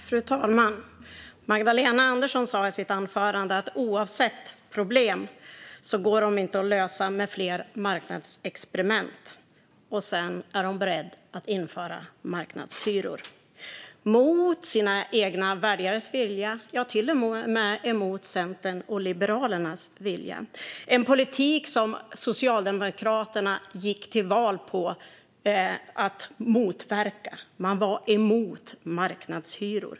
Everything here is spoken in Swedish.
Fru talman! Magdalena Andersson sa i sitt anförande att oavsett problem går de inte att lösa med fler marknadsexperiment. Sedan är hon beredd att införa marknadshyror, mot sina egna väljares vilja, ja, till och med emot vad Centerns och Liberalernas vilja. Det är en politik som Socialdemokraterna gick till val på att motverka. Man var emot marknadshyror.